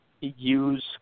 use